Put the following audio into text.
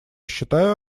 считаю